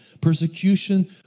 Persecution